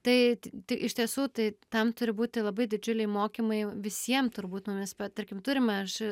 tai tai iš tiesų tai tam turi būti labai didžiuliai mokymai visiem turbūt nu nes tarkim turime š